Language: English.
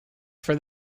for